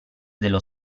dello